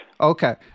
Okay